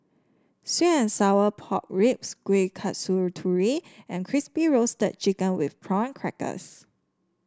sweet and Sour Pork Ribs Kueh Kasturi and Crispy Roasted Chicken with Prawn Crackers